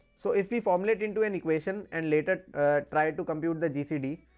so if we formulate into an equation and later try to compute the gcd,